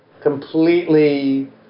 completely